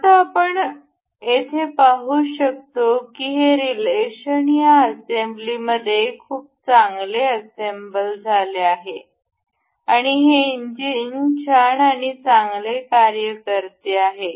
आता आपण येथे पाहू शकतो की हे रिलेशन या असेंब्लीमध्ये खूप चांगले असेंबल झाले आहे आणि हे इंजिन छान आणि चांगले कार्य करते आहे